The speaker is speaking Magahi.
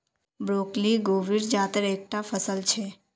ब्रोकली गोभीर जातेर एक टा फसल छे